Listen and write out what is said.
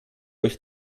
euch